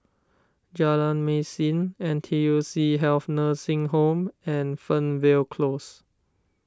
Jalan Mesin N T U C Health Nursing Home and Fernvale Close